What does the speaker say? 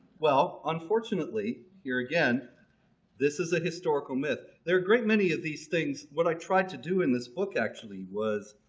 well, unfortunately, here again this is a historical myth. there are great many of these things what i tried to do in this book actually was